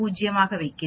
அதாவது 56